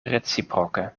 reciproke